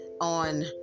on